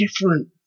different